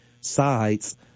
sides